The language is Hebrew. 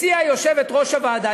הציעה יושבת-ראש הוועדה,